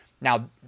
Now